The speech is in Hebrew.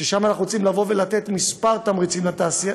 שבה אנחנו רוצים לתת כמה תמריצים לתעשייה,